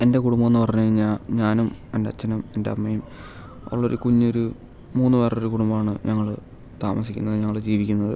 എൻ്റെ കുടുംബമെന്ന് പറഞ്ഞുകഴിഞ്ഞാൽ ഞാനും എന്റെ അച്ഛനും എന്റെ അമ്മയും ഉള്ളൊരു കുഞ്ഞൊരു മൂന്ന് പേരുടെ കുടുംബമാണ് ഞങ്ങൾ താമസിക്കുന്നത് ഞങ്ങൾ ജീവിക്കുന്നത്